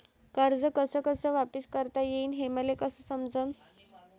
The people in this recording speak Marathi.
कर्ज कस कस वापिस करता येईन, हे मले कस समजनं?